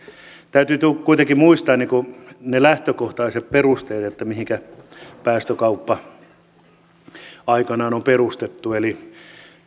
täytyy kuitenkin muistaa ne lähtökohtaiset perusteet mihinkä päästökauppa aikanaan on perustettu eli